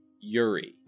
Yuri